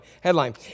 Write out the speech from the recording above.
headline